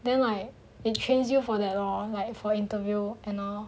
then like it trains you for that lor like for interview and you know